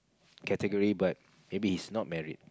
category but maybe he's not married